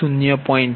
5 0